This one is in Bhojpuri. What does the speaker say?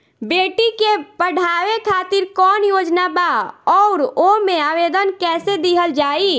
बेटी के पढ़ावें खातिर कौन योजना बा और ओ मे आवेदन कैसे दिहल जायी?